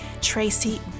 Tracy